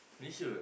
Malaysia eh